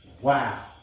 wow